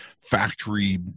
factory